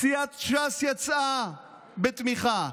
סיעת ש"ס יצאה בתמיכה,